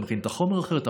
אתה מכין את החומר אחרת,